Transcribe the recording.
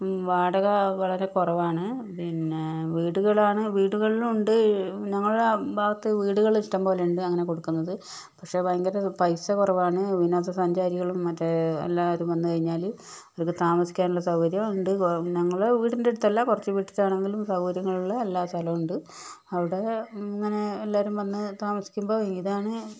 വാടക വളരെ കുറവാണ് പിന്നെ വീടുകളാണ് വീടുകളിലും ഉണ്ട് ഞങ്ങളുടെ ഭാഗത്ത് വീടുകൾ ഇഷ്ടം പോലെയുണ്ട് അങ്ങനെ കൊടുക്കുന്നത് പക്ഷെ ഭയങ്കര പൈസ കുറവാണ് വിനോദസഞ്ചാരികളും മറ്റേ എല്ലാവരും വന്നു കഴിഞ്ഞാൽ ഇവിടെ താമസിക്കാനുള്ള സൗകര്യവും ഉണ്ട് ഞങ്ങളെ വീടിന്റെ അടുത്തല്ല കുറച്ച് വിട്ടിട്ടാണെങ്കിലും സൗകര്യങ്ങളുള്ള എല്ലാ സ്ഥലവും ഉണ്ട് അവിടെ അങ്ങനെ എല്ലാവരും വന്നു താമസിക്കുമ്പോൾ ഇതാണ്